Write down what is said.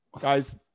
guys